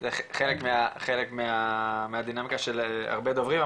חלק מהדינאמיקה של הרבה דוברים,